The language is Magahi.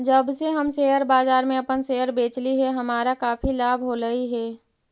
जब से हम शेयर बाजार में अपन शेयर बेचली हे हमारा काफी लाभ होलई हे